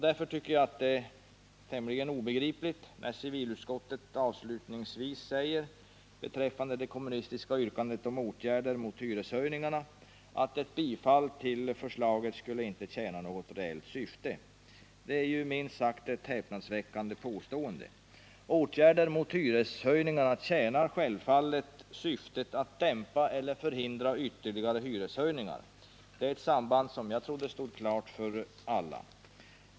Därför är det också obegripligt när civilutskottet avslutningsvis säger beträffande det kommunistiska yrkandet om åtgärder mot hyreshöjningarna: ”Ett bifall till förslaget skulle inte tjäna något reellt syfte.” Det är ett minst sagt häpnadsväckande påstående. Åtgärder mot hyreshöjningarna tjänar självfallet syftet att dämpa eller förhindra ytterligare hyreshöjningar. Det är ett samband som jag trodde stod klart för alla.